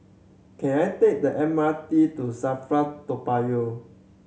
can I take the M R T to SAFRA Toa Payoh